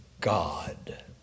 God